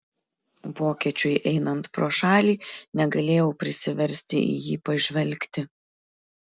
vokiečiui einant pro šalį negalėjau prisiversti į jį pažvelgti